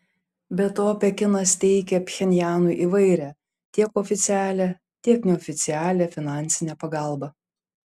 be to pekinas teikia pchenjanui įvairią tiek oficialią tiek neoficialią finansinę pagalbą